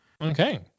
Okay